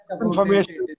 information